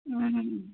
ꯎꯝ